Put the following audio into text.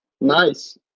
Nice